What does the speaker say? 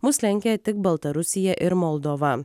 mus lenkia tik baltarusija ir moldova